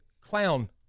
clown